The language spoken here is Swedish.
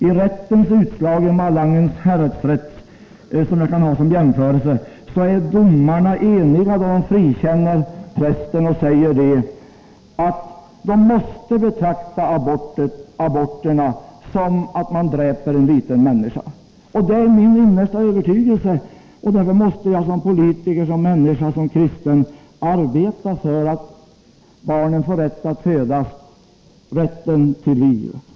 I utslaget från Malangen herredsrett, som jag kan använda som jämförelse, är domarna eniga om att frikänna prästen. De säger att de måste betrakta aborten som ett dräpande av en liten människa. Det är också min innersta övertygelse, och därför måste jag som politiker, som människa och som kristen arbeta för att barnen får rätt att födas — rätten till liv.